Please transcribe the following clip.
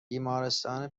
بیمارستان